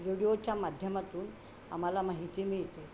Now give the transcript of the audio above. रेडिओच्या माध्यमातून आम्हाला माहिती मिळते